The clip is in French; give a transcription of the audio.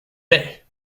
lait